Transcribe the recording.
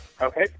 Okay